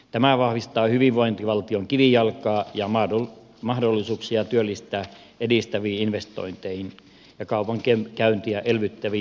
tämä vahvistaa hyvinvointivaltion kivijalkaa ja mahdollisuuksia työllisyyttä edistäviin investointeihin ja kaupankäyntiä elvyttäviin julkisiin hankintoihin